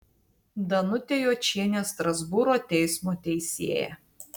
danutė jočienė strasbūro teismo teisėja